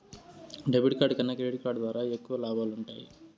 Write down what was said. debit card కన్నా credit card ద్వారా ఎక్కువ లాబాలు వుంటయ్యి